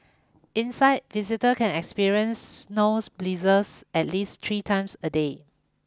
inside visitor can experience snows blizzards at least three times a day